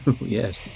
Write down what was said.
Yes